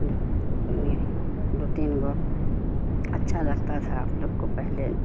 دو تین گو اچھا لگتا تھا آپ لوگ کو پہلے